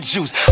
Juice